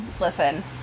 listen